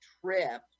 trip